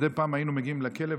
ומדי פעם היינו מגיעים לכלא.